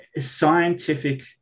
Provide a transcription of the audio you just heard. scientific